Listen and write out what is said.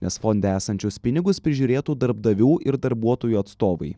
nes fonde esančius pinigus prižiūrėtų darbdavių ir darbuotojų atstovai